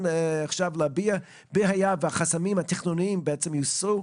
להביע -- במידה והחסמים התכנוניים יוסרו,